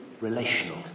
relational